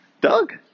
Doug